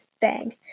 bang